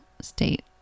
state